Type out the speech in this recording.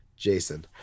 jason